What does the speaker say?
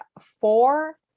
four